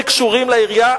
שקשורים לעירייה,